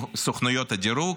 עם סוכנויות הדירוג,